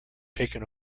taken